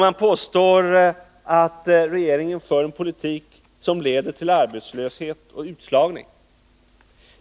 Man påstår att regeringen för en politik som leder till arbetslöshet och utslagning.